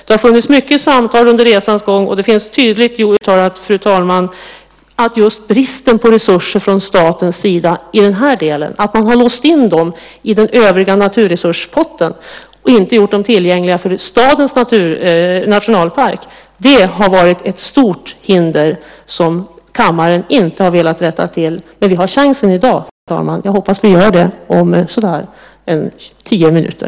Det har varit många samtal under resans gång, och det finns, fru talman, tydligt uttalat om just bristen på resurser från statens sida i den här delen. Man har låst in dem i den övriga naturresurspotten och inte gjort dem tillgängliga för stadens nationalpark. Detta har varit ett stort hinder, något som kammaren inte velat rätta till. Men vi har den chansen i dag, fru talman, och jag hoppas att vi gör det om så där tio minuter.